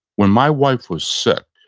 when my wife was sick,